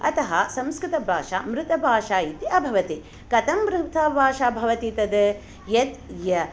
अतः संस्कृतभाषा मृतभाषा इति अभवत् कथं मृता भाषा भवति तद् यद् य